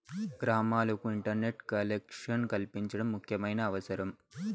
గ్రామాలకు internet collection కల్పించడం ముఖ్యమైన అవసరం